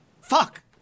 Fuck